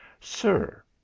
Sir